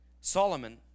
Solomon